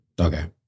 okay